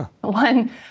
One